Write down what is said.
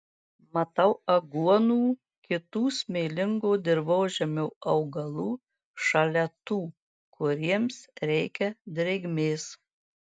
matau aguonų kitų smėlingo dirvožemio augalų šalia tų kuriems reikia drėgmės